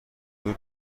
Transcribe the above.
دور